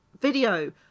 video